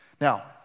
Now